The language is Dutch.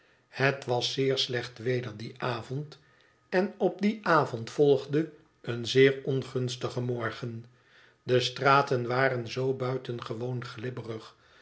het was zeer slecht weder dien avond en op dien avond volp de een zeer onrustige morden de straten waren zoo buitengewoon ghbberig